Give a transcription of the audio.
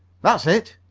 that's it!